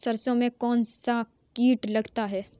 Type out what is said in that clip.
सरसों में कौनसा कीट लगता है?